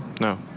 No